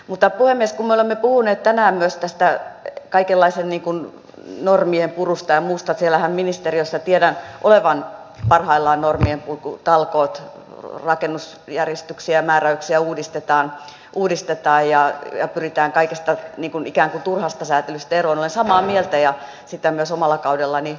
mutta puhemies kun me olemme puhuneet tänään myös tästä kaikenlaisesta normien purusta ja muusta siellä ministeriössähän tiedän olevan parhaillaan normienpurkutalkoot rakennusjärjestyksiä ja määräyksiä uudistetaan ja pyritään ikään kuin kaikesta turhasta säätelystä eroon olen samaa mieltä ja sitä myös omalla kaudellani edistettiin kovasti